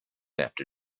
after